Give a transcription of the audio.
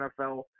NFL